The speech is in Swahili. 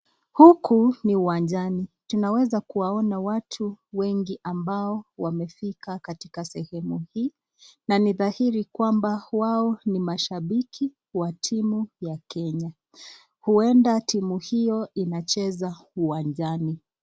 Huku ni uwanjani, tunaweza kuwaona watu wengi ambao wamefika katika sehemu hii, na nidhahiri kwamba wao ni mashabiki wa timu ya Kenya, huenda timu hio inacheza uwanjani.